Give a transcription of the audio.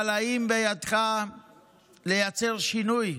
אבל האם בידך לייצר שינוי?